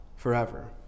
Forever